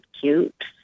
cute